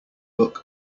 luck